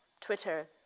Twitter